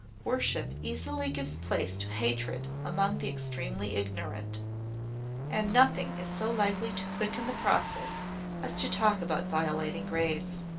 worship easily gives place to hatred among the extremely ignorant and nothing is so likely to quicken the process as to talk about violating graves.